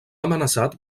amenaçat